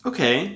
Okay